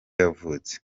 yavutse